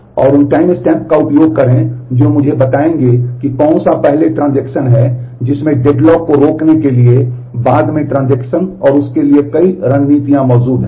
और उन टाइमस्टैम्प का उपयोग करें जो मुझे बताएंगे कि कौन सा पहले ट्रांजेक्शन और उस के लिए कई रणनीतियां मौजूद हैं